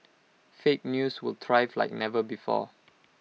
fake news will thrive like never before